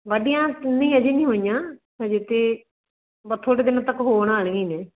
ਵਾਢੀਆਂ ਕਿੰਨੀ ਅਜੇ ਨਹੀਂ ਹੋਈਆਂ ਅਜੇ ਤਾਂ ਬਸ ਥੋੜ੍ਹੇ ਦਿਨ ਤੱਕ ਹੋਣ ਵਾਲੀਆਂ ਹੀ ਨੇ